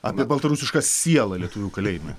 apie baltarusišką sielą lietuvių kalėjime